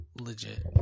legit